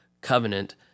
covenant